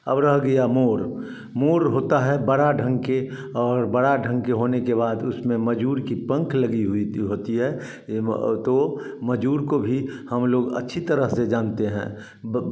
अब रह गया मोर मोर होता है बड़ा ढंग के और बड़ा ढंग के होने के बाद उसमें मजूर की पंख लगी हुई थी होती है तो तो मजूर को भी हम लोग अच्छी तरह से जानते हैं